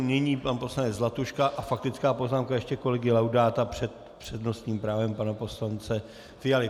Nyní pan poslanec Zlatuška a faktická poznámka ještě kolegy Laudáta před přednostním právem pana poslance Fialy.